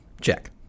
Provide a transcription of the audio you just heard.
Check